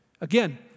Again